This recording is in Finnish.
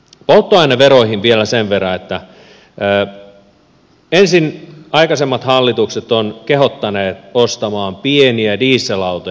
polttoaineveroihin vielä sen verran että ensin aikaisemmat hallitukset ovat kehottaneet ostamaan pieniä dieselautoja